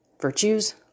Virtues